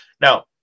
Now